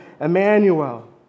Emmanuel